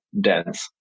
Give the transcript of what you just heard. dense